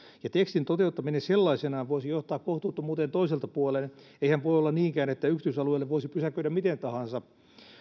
ja tekstin toteuttaminen sellaisenaan voisi johtaa kohtuuttomuuteen toiselta puolen eihän voi olla niinkään että yksityisalueelle voisi pysäköidä miten tahansa